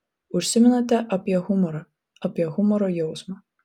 užsimenate apie humorą apie humoro jausmą